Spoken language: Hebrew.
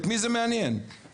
את מי זה מעניין בכלל,